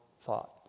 thought